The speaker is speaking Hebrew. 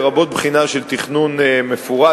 לרבות בחינה של תכנון מפורט,